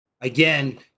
Again